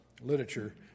literature